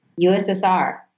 USSR